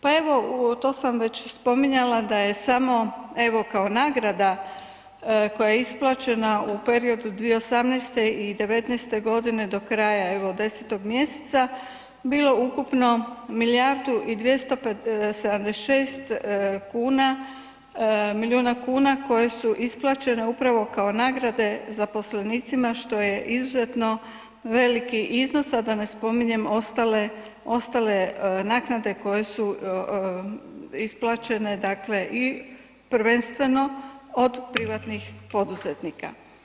Pa evo, to sam već spominjala da je samo evo kao nagrada koja je isplaćena u periodu 2018. i 19. g. do kraja, evo 10. mj. bilo ukupno milijardu i 276 kuna, milijuna kuna koje su isplaćene upravo kao nagrade zaposlenicima što je izuzetno veliki iznos, a da ne spominjem ostale naknade koje su isplaćene, dakle i prvenstveno od privatnih poduzetnika.